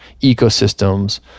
ecosystems